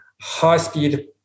high-speed